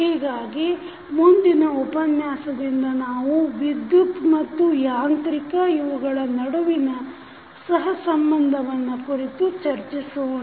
ಹೀಗಾಗಿ ಮುಂದಿನ ಉಪನ್ಯಾಸದಿಂದ ನಾವು ವಿದ್ಯುತ್ ಮತ್ತು ಯಾಂತ್ರಿಕ ಇವುಗಳ ನಡುವಿನ ಸಹಸಂಬಂಧವನ್ನು ಕುರಿತು ಚರ್ಚಿಸೋಣ